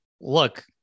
look